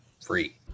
free